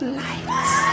lights